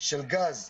של גז,